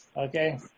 Okay